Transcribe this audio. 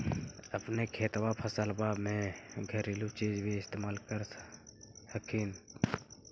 अपने खेतबा फसल्बा मे घरेलू चीज भी इस्तेमल कर हखिन?